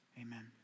amen